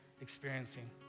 experiencing